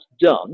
done